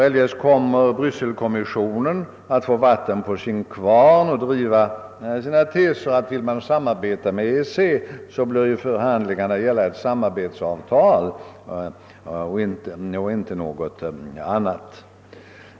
Eljest kommer Brysselkommissionen att få vatten på sin kvarn och driva sin tes om att det land som vill ha ett samarbete med EEC också bör föra förhandlingar om ett samarbetsavtal och inte något annat.